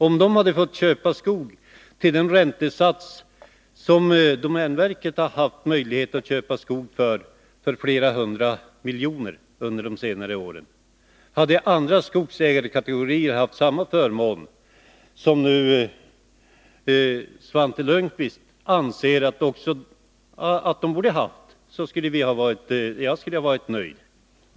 Om de hade fått köpa skog enligt den räntesats, till vilken domänverket har haft möjlighet att köpa skog till flera hundra miljoners värde under senare år och alltså haft samma förmån som Svante Lundkvist nu 61 anser att de borde ha haft, så skulle jag ha varit nöjd.